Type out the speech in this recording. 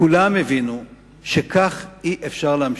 כולם הבינו שכך אי-אפשר להמשיך.